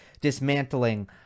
dismantling